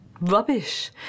rubbish